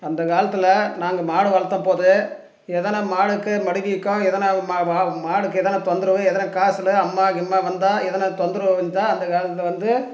அந்த காலத்தில் நாங்கள் மாடு வளர்த்த போது எதனால் மாடுக்கு மடிகிக்கும் எதனால் மா வாவு மாடுக்கு எதனால் தொந்தரவு எதனால் காய்ச்சலு அம்மா கிம்மா வந்தால் எதனால் தொந்தரவு இருந்தால் அந்த காலத்தில் வந்து